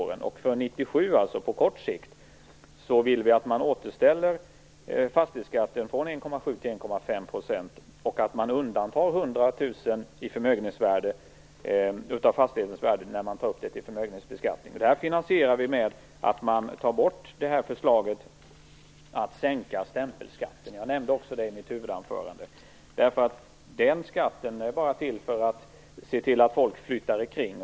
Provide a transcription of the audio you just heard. För år 1997, dvs. på kort sikt, vill vi att man återställer fastighetsskatten från 1,7 % till 1,5 % och att man undantar 100 000 kr av fastighetens värde när man tar upp den till förmögenhetsbeskattning. Detta finansierar vi med att ta bort förslaget att sänka stämpelskatten. Jag nämnde också det i mitt huvudanförande. Den skatten är bara till för att se till att folk flyttar runt.